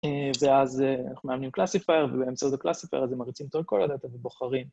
‫ואז אנחנו מאמנים קלאסיפר, ‫ואמצעות הקלאסיפר ‫אז הם מריצים אותו על כל הדאטה ובוחרים.